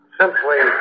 simply